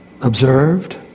observed